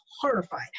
horrified